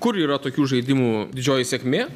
kur yra tokių žaidimų didžioji sėkmė